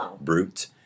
Brute